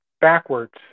backwards